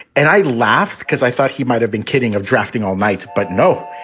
and i laughed because i thought he might have been kidding of drafting all night. but no,